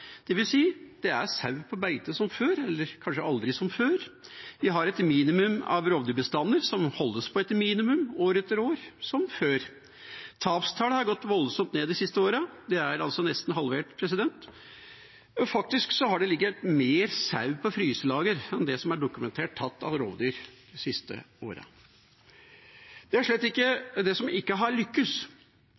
Det vil si, det er sauer på beite som før, eller som aldri før. Vi har et minimum av rovdyrbestander, som holdes på et minimum år etter år, som før. Tapstallene har gått voldsomt ned de siste årene, de er nesten halvert. Faktisk har det ligget mer sau på fryselager enn det som er dokumentert tatt av rovdyr de siste årene. Det som slett ikke har lykktes, det